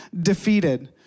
defeated